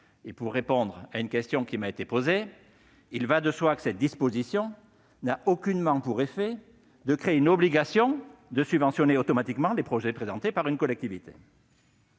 Pour répondre à une question qui m'a été posée, il va de soi que cette disposition n'a aucunement pour effet de créer une obligation de subventionner automatiquement les projets présentés par une collectivité.